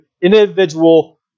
individual